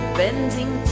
bending